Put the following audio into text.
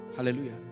Hallelujah